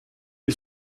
une